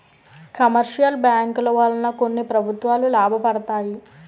commercial బ్యాంకుల వలన కొన్ని ప్రభుత్వాలు లాభపడతాయి